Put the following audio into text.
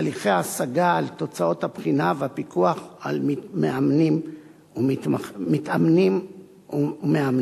הליכי ההשגה על תוצאות הבחינה והפיקוח על מתאמנים ומאמנים.